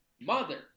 Mother